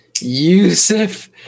Yusuf